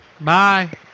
bye